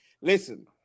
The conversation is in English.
Listen